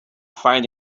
find